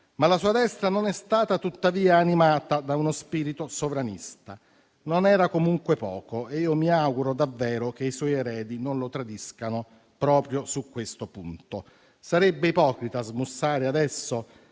La sua destra non è stata tuttavia animata da uno spirito sovranista. Non era comunque poco e io mi auguro davvero che i suoi eredi non lo tradiscano proprio su questo punto. Sarebbe ipocrita smussare adesso